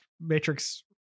Matrix